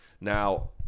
Now